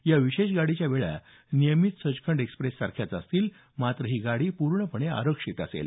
या विशेष गाडीच्या वेळा नियमित सचखंड एस्क्प्रेस सारख्याच असतील मात्र ही गाडी पूर्णपणे आरक्षित असेल